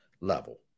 level